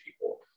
people